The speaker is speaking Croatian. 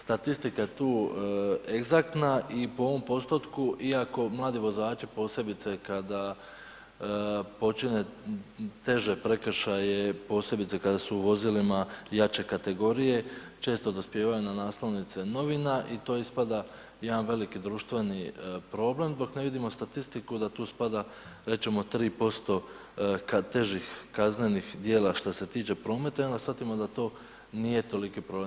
Statistika je tu egzaktna i po ovom postotku iako mladi vozači posebice kada počine teže prekršaje, posebice kada su u vozilima jače kategorije, često dospijevaju na naslovnice novina i to ispada jedan veliki društveni problem, dok ne vidimo statistiku da tu spada rečemo 3% težih kaznenih dijela što se tiče prometa i onda shvatimo da to nije toliki problem.